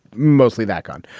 mostly that gun.